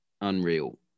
unreal